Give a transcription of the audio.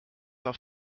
auf